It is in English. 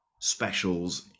specials